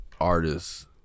artists